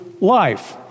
life